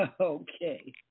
Okay